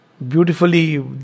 Beautifully